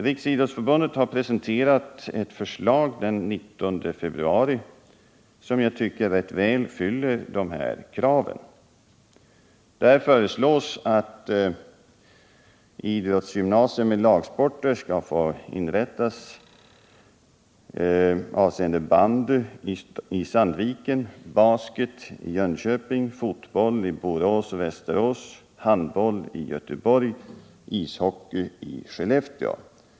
Riksidrottsförbundet har den 19 februari presenterat ett förslag som jag tycker rätt väl fyller dessa krav. Där föreslås att idrottsgymnasier i lagsporter skall få inrättas avseende bandy i Sandviken, basket i Jönköping, fotboll i Borås och Västerås, handboll i Göteborg och ishockey i Skellefteå.